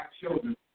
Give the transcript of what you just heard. children